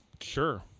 Sure